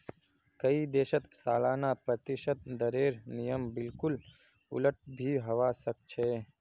कई देशत सालाना प्रतिशत दरेर नियम बिल्कुल उलट भी हवा सक छे